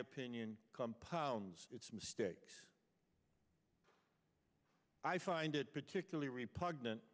opinion compounds its mistakes i find it particularly repugnant